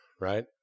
right